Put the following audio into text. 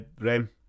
Rem